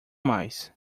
mais